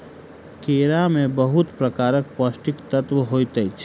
केरा में बहुत प्रकारक पौष्टिक तत्व होइत अछि